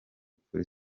kuri